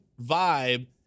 vibe